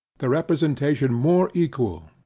the representation more equal.